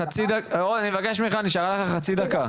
--- עוזר, אני מבקש ממך, נשארה לך חצי דקה.